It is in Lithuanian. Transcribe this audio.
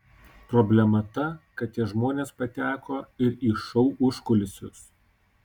problema ta kad tie žmonės pateko ir į šou užkulisius